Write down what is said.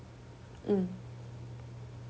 mm